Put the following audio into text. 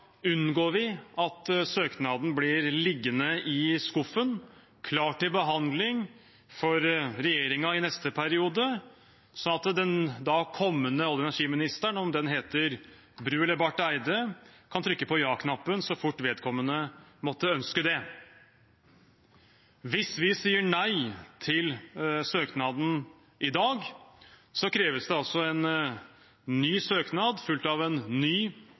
unngår vi at søknaden blir liggende i skuffen, klar til behandling for regjeringen i neste periode, slik at den kommende olje- og energiministeren, om den heter Bru eller Barth Eide, kan trykke på ja-knappen så fort vedkommende måtte ønske det. Hvis vi sier nei til søknaden i dag, kreves det altså en ny søknad, fulgt av en ny